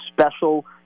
special